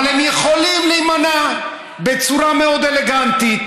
אבל הם יכולים להימנע בצורה מאוד אלגנטית.